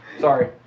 sorry